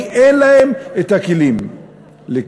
כי אין להן כלים לכך.